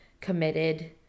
committed